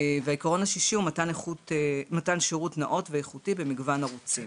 העיקרון השישי הוא מתן שירות נאות ואיכותי במגוון ערוצים.